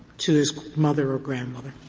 to his mother or grandmother?